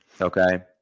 Okay